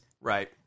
Right